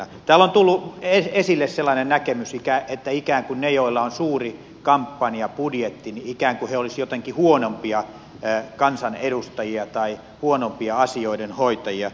täällä on tullut esille sellainen näkemys että ikään kuin ne joilla on suuri kampanjabudjetti olisivat jotenkin huonompia kansanedustajia tai huonompia asioiden hoitajia